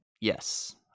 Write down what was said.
Yes